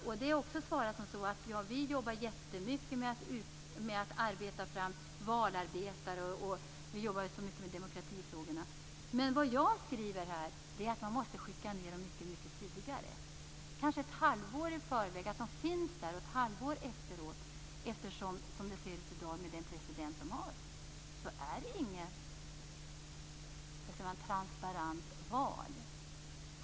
Där framgår också att det sker ett arbete med valarbetare och demokratifrågor. Men jag skriver att de måste skickas dit i ett tidigare stadium. De måste finnas där ett halvår i förväg och ett halvår efteråt - särskilt som det ser ut i dag med den president som finns där nu. Det är inte fråga om något transparent val.